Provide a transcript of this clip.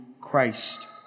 Christ